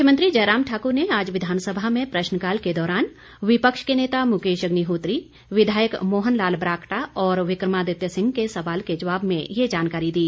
मुख्यमंत्री जयराम ठाकुर ने आज विधानसभा में प्रश्नकाल के दौरान विपक्ष के नेता मुकेश अग्निहोत्री विधायक मोहन लाल ब्राक्टा और विक्रमादित्य सिंह के सवाल के जवाब में यह जानकारी दी